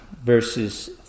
verses